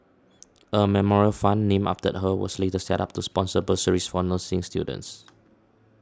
a memorial fund named after her was later set up to sponsor bursaries for nursing students